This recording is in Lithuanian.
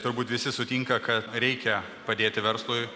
turbūt visi sutinka kad reikia padėti verslui